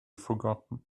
forgotten